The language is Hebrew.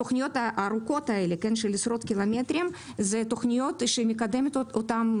התוכניות הארוכות האלה של עשרות קילומטרים זה תוכניות שמקדמת אותן,